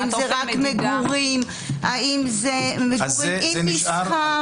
האם זה רק מגורים וכן הלאה.